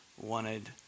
wanted